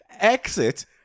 exit